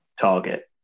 target